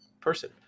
person